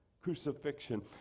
crucifixion